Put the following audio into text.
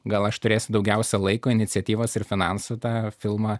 gal aš turėsiu daugiausia laiko iniciatyvos ir finansų tą filmą